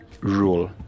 rule